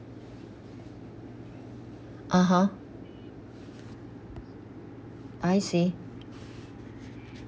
(uh huh) I see